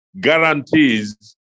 guarantees